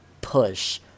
push